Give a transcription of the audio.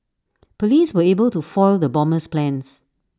Police were able to foil the bomber's plans